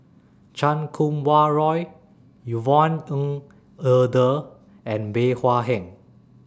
Chan Kum Wah Roy Yvonne Ng Uhde and Bey Hua Heng